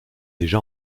déjà